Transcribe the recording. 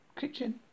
kitchen